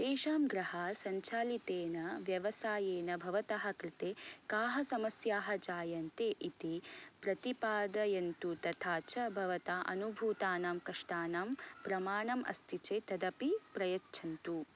तेषां गृहात् सञ्चालितेन व्यवसायेन भवतः कृते काः समस्याः जायन्ते इति प्रतिपादयन्तु तथा च भवता अनुभूतानां कष्टानां प्रमाणम् अस्ति चेत् तदपि प्रयच्छन्तु